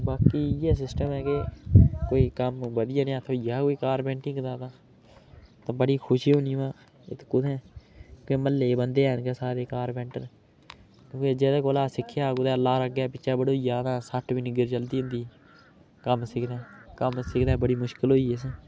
बाकी इ'यै सिस्टम ऐ कि कोई कम्म बधिया नेहा थ्होई जा कोई कारपैंटगी दा ते बड़ी खुशी होनी ओ कि इक कुत्थें कि म्हल्ले बंदे हैन गै सारे कारपैंटर ते में जेह्दे कोला सिक्खेआ कुदै लार अग्गें पिच्छै बडोई जा तां सट्ट बी निग्गर चलदी होंदी कम्म सिक्खने कम्म सिक्खदे बड़ी मुश्कल होई असें